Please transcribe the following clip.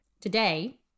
Today